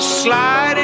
slide